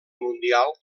mundial